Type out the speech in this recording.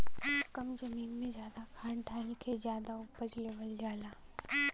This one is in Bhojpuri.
कम जमीन में जादा खाद डाल के जादा उपज लेवल जाला